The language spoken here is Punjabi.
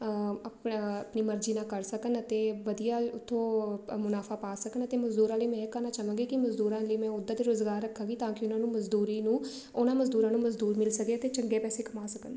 ਅਪ ਆਪਣੀ ਮਰਜ਼ੀ ਨਾਲ ਕਰ ਸਕਣ ਅਤੇ ਵਧੀਆ ਉੱਥੋਂ ਮੁਨਾਫਾ ਪਾ ਸਕਣ ਅਤੇ ਮਜ਼ਦੂਰਾਂ ਲਈ ਮੈਂ ਇਹ ਕਰਨਾ ਚਾਹਵਾਂਗੀ ਕਿ ਮਜ਼ਦੂਰਾਂ ਲਈ ਮੈਂ ਉੱਦਾਂ ਦੇ ਰੁਜ਼ਗਾਰ ਰੱਖਾਂਗੀ ਤਾਂ ਕਿ ਉਹਨਾਂ ਨੂੰ ਮਜ਼ਦੂਰੀ ਨੂੰ ਉਹਨਾਂ ਮਜ਼ਦੂਰਾਂ ਨੂੰ ਮਜ਼ਦੂਰ ਮਿਲ ਸਕੇ ਅਤੇ ਚੰਗੇ ਪੈਸੇ ਕਮਾ ਸਕਣ